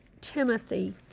Timothy